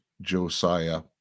Josiah